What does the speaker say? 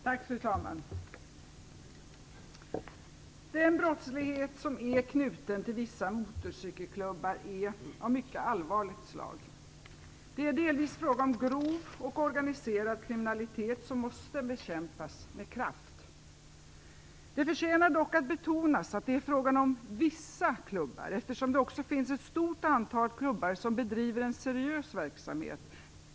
Fru talman! Den brottslighet som är knuten till vissa motorcykelklubbar är av mycket allvarligt slag. Det är delvis fråga om grov och organiserad kriminalitet som måste bekämpas med kraft. Det förtjänar dock att betonas att det är fråga om vissa klubbar. Det finns också ett stort antal klubbar som bedriver en seriös verksamhet.